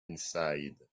inside